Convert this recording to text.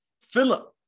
Philip